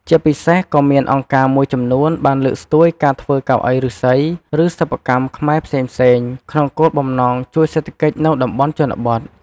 ជាពិសេសក៏មានអង្គការមួយចំនួន បានលើកស្ទួយការធ្វើកៅអីឫស្សី ឬសិប្បកម្មខ្មែរផ្សេងៗ ក្នុងគោលបំណងជួយសេដ្ឋកិច្ចនៅតំបន់ជនបទ។